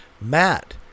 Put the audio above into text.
Matt